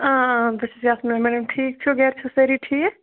آ آ بہٕ چھَس یاسمیٖنہ میڈَم ٹھیٖک چھِو گَرِ چھِو سٲری ٹھیٖک